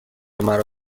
مرا